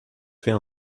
fait